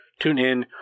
TuneIn